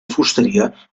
fusteria